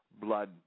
Blood